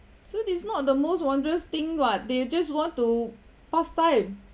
so this is not the most wondrous thing [what] they just want to pass time